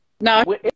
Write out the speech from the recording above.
No